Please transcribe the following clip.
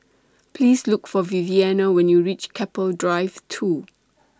Please Look For Viviana when YOU REACH Keppel Drive two